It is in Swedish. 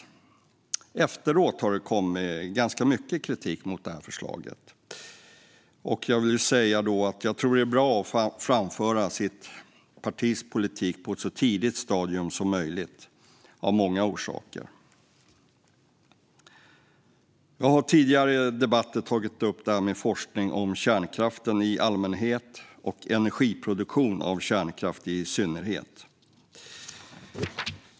Men efteråt har det kommit ganska mycket kritik mot det. Jag tror det är bra att framföra sitt partis politik på ett så tidigt stadium som möjligt, av många orsaker. Jag har i tidigare debatter tagit upp detta med forskning om kärnkraft i allmänhet och om energiproduktion från kärnkraft i synnerhet.